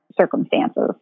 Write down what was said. circumstances